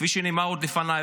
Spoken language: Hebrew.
כפי שנאמר עוד לפניי,